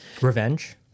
Revenge